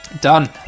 Done